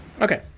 Okay